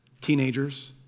Teenagers